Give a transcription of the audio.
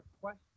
question